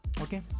okay